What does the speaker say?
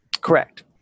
correct